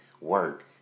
Work